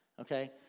Okay